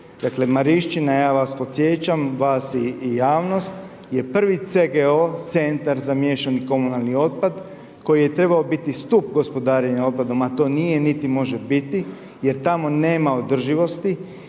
dakle Mariščina, ja vas podsjećam i javnost je prvi CGO, centar za miješani komunalni otpad, koji je trebao biti stup gospodarenja otpad, a to nije, niti može biti, jer tamo nema održivosti,